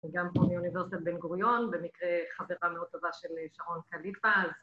‫גם באוניברסיטת בן גוריון, ‫במקרה חברה מאוד טובה של שרון קליפה.